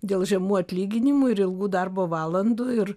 dėl žemų atlyginimų ir ilgų darbo valandų ir